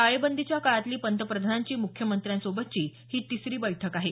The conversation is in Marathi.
टाळेबंदीच्या काळातली पंतप्रधानांची मुख्यमंत्र्यांसोबतची ही तिसरी बैठक आहे